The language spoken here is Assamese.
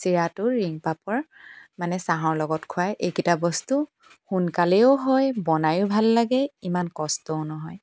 চিৰাটো ৰিং পাপৰ মানে চাহৰ লগত খোৱা এইকেইটা বস্তু সোনকালেও হয় বনায়ো ভাল লাগে ইমান কষ্টও নহয়